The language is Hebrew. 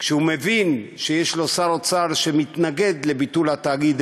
כשהוא מבין שיש לו שר אוצר שמתנגד לביטול התאגיד,